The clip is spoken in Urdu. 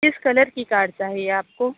کس کلر کی کار چاہیے آپ کو